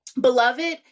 Beloved